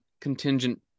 contingent